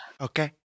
okay